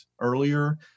earlier